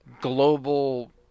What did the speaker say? Global